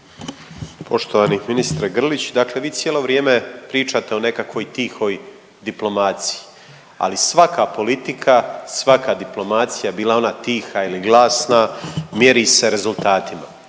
Poštovani ministre Grlić, dakle vi cijelo vrijeme pričate o nekakvoj tihoj diplomaciji, ali svaka politika i svaka diplomacija bila ona tiha ili glasna mjeri se rezultatima,